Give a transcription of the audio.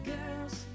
Girls